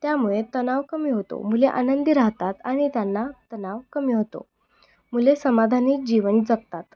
त्यामुळे तणाव कमी होतो मुले आनंदी राहतात आणि त्यांना तणाव कमी होतो मुले समाधानी जीवन जगतात